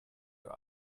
der